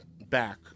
back